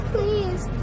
Please